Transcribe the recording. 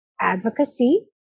advocacy